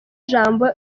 ijambo